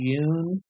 June